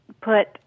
put